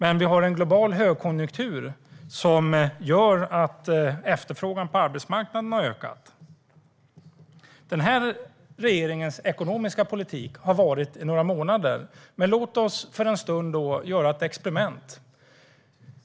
Vi har dock en global högkonjunktur som gör att efterfrågan på arbetsmarknaden har ökat. Den här regeringens ekonomiska politik har verkat i några månader. Låt oss för en stund göra ett experiment, fru talman!